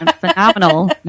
phenomenal